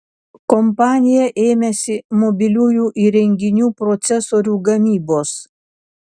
kompanija ėmėsi mobiliųjų įrenginių procesorių gamybos